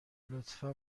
لطفا